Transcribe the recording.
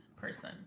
person